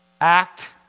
act